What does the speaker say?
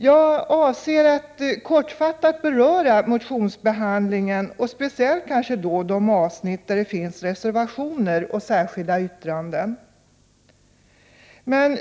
Jag avser att kortfattat beröra motionsbehandlingen, speciellt de avsnitt där det finns reservationer och särskilda yttranden.